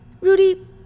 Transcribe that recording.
Rudy